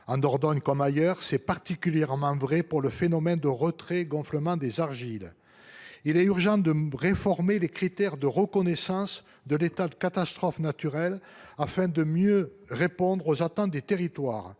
phénomènes naturels, constat particulièrement vrai en Dordogne face au retrait gonflement des argiles. Il est urgent de réformer les critères de reconnaissance de l’état de catastrophe naturelle, afin de mieux répondre aux attentes des territoires.